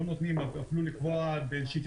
אלא אם זה מוכר בפסיקה,